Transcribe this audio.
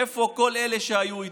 איפה כל אלה שהיו איתו?